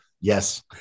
Yes